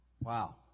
Wow